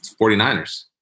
49ers